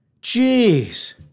Jeez